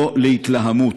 לא להתלהמות.